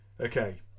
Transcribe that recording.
okay